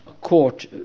court